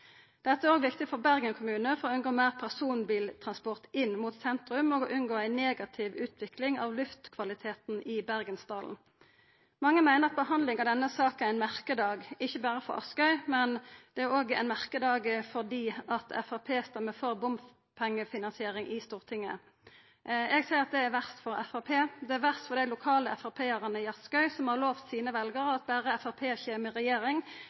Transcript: Dette er òg viktig for Bergen kommune for å unngå meir personbiltransport inn mot sentrum, og for å unngå ei negativ utvikling av luftkvaliteten i Bergensdalen. Mange meiner at behandlinga av denne saka er ein merkedag, ikkje berre for Askøy, men at det òg er ein merkedag fordi Framstegspartiet stemmer for bompengefinansiering i Stortinget. Eg seier at det er verst for Framstegspartiet. Det er verst for dei lokale framstegspartipolitikarane i Askøy, som har lovt sine veljarar at berre Framstegspartiet kom i regjering,